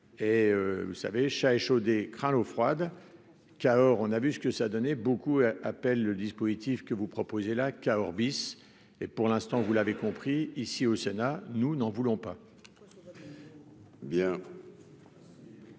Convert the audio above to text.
et vous savez, chat échaudé craint l'eau froide, Cahors, on a vu ce que ça a donné beaucoup appellent le dispositif que vous proposez là Cahors bis et pour l'instant, vous l'avez compris ici au Sénat, nous n'en voulons pas.